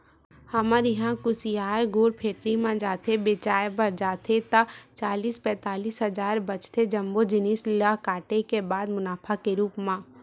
हमर इहां कुसियार गुड़ फेक्टरी म जाथे बेंचाय बर जाथे ता चालीस पैतालिस हजार बचथे जम्मो जिनिस ल काटे के बाद मुनाफा के रुप म